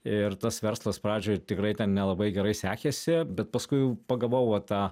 ir tas verslas pradžioj ir tikrai ten nelabai gerai sekėsi bet paskui jau pagavau va tą